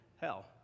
hell